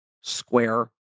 square